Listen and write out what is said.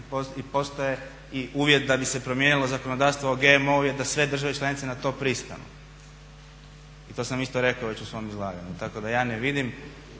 i postoji uvjet da bi se promijenilo zakonodavstvo o GMO-u je da sve države članice na to pristanu. I to sam isto rekao već u svom izlaganju. Tako da ja ne vidim